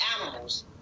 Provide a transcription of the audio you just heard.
animals